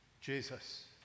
Jesus